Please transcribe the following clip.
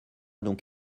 donc